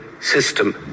system